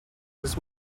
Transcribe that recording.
was